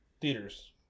theaters